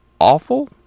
awful